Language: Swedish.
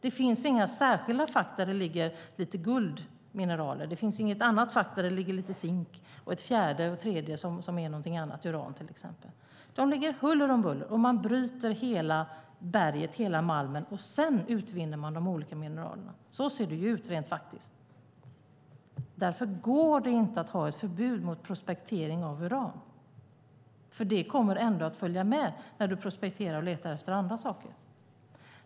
Det finns inga särskilda fack där det ligger lite guld. Det finns inget annat fack där det ligger lite zink och tredje och fjärde med någonting annat, uran till exempel. De ligger huller om buller, och man bryter hela berget, hela malmen, och sedan utvinner man de olika mineralerna. Så ser det ut rent faktiskt. Därför går det inte att ha ett förbud mot prospektering av uran, för det kommer att följa med när du prospekterar och letar efter andra saker.